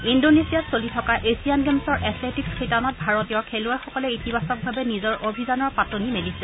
ইণ্ডোনেছিয়াত চলি থকা এছিয়ান গেমছৰ এথলেটিকছ শিতানত ভাৰতীয় খেলুৱৈসকলে ইতিবাচকভাৱে নিজৰ অভিযানৰ পাতনি মেলিছে